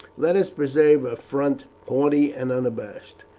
let us preserve a front haughty and unabashed.